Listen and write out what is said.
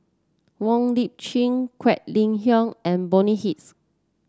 Wong Lip Chin Quek Ling Kiong and Bonny Hicks